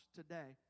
today